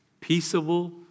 peaceable